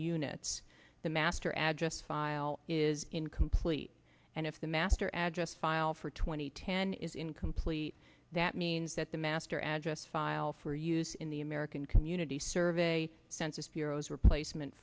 units the master address file is incomplete and if the master address file for two thousand and ten is incomplete that means that the master address file for use in the american community survey census bureau's replacement